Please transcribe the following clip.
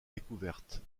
découverte